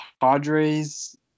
Padres